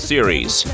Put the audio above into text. Series